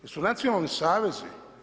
Jesu nacionalni savezi?